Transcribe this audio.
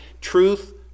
truth